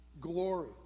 glory